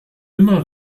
immer